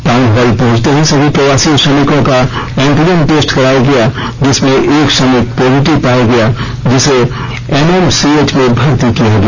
town hall पहुंचते ही सभी प्रवासी श्रमिकों का एंटीजन टेस्ट कराया गया जिसमें एक श्रमिक पॉजिटिव पाया गया जिसे एमएमसीएच में भर्ती किया गया